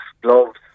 gloves